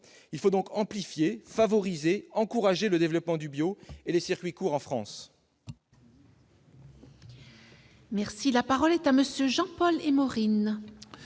Il faut donc amplifier, favoriser, encourager le développement du bio et des circuits courts en France.